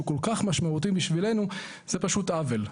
שהוא כל כך משמעותי בשבילנו זה פשוט עוול.